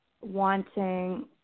wanting